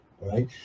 right